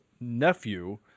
nephew